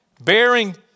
bearing